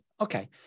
Okay